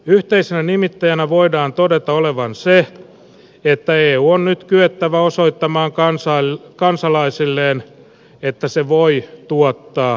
yhteisenä nimittäjänä voidaan todeta olevan se että eun on nyt kyettävä osoittamaan kansalaisilleen että se voi tuottaa lisäarvoa